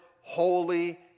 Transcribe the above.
holy